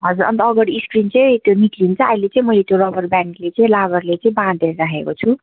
हजुर अन्त अगाडि स्क्रिन चाहिँ त्यो निक्लिन्छ अहिले चाहिँ मैले त्यो रबर ब्यान्डले चाहिँ लाबरले चाहिँ बाँधेर राखेको छु